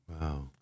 Wow